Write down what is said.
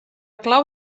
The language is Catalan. clau